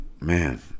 man